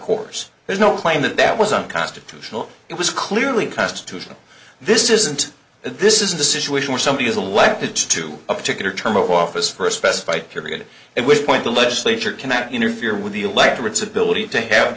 course there's no claim that that was unconstitutional it was clearly constitutional this isn't this isn't a situation where somebody is elected to a particular term of office for a specified period and which point the legislature cannot interfere with the electorate's ability to have